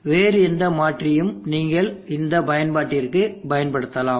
வேறு எந்த மாற்றியையும் நீங்கள் இந்த பயன்பாட்டிற்கு பயன்படுத்தலாம்